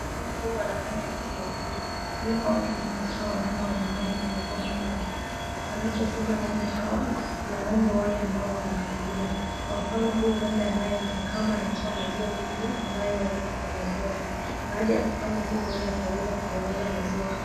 Mama huyu anafanya kazi ya ukulima. Ukulima wake ni kufuga wanyama wa nyumbani kwenye boma lake. Anapofuga ng'ombe hawa ng'ombe ambao wanakamuliwa. Kwa mfano huyu ng'ombe anayemkama anatoa maziwa mengi anayoweka kwenye ndoo yake. Baada ya kukama hii ng'ombe ataweza kuyauza maziwa haya.